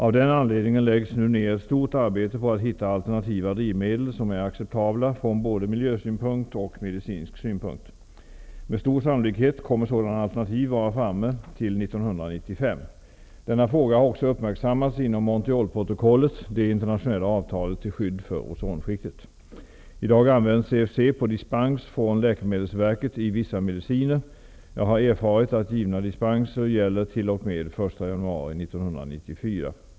Av den anledningen läggs nu ner ett stort arbete på att hitta alternativa drivmedel, som är acceptabla från både miljösynpunkt och medicinsk synpunkt. Med stor sannolikhet kommer sådana alternativ att vara framtagna till 1995. Denna fråga har också uppmärksammats inom I dag används CFC på dispens från Läkemedelsverket i vissa mediciner. Jag har erfarit att givna dispenser gäller t.o.m. den 1 januari 1994.